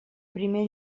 primer